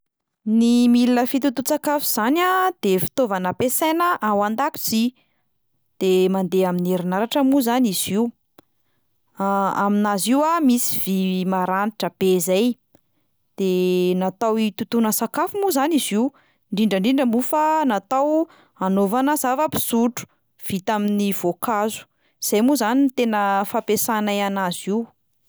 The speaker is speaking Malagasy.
Ny milina fitotoan-tsakafo zany a de fitaovana ampiasaina ao an-dakozia, de mandeha amin'ny herinaratra moa zany izy io, aminazy io a misy vy maranitra be zay, de natao hitotoana sakafo moa zany izy io, indrindrandrindra moa fa natao hanaovana zava-pisotro vita amin'ny voankazo, zay moa zany no tena fampiasanay anazy io.